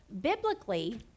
Biblically